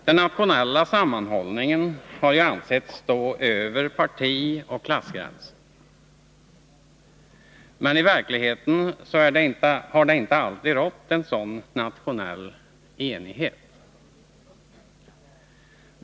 Den nationella sammanhållningen har ansetts stå över partioch klassgränser. Men i verkligheten har det inte alltid rått en sådan nationell enighet.